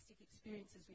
experiences